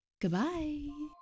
goodbye